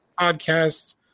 podcast